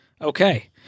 Okay